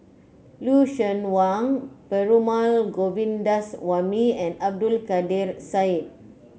Lucien Wang Perumal Govindaswamy and Abdul Kadir Syed